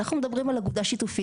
אנחנו מדברים על אגודה שיתופית.